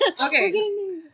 Okay